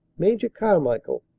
major carmichael,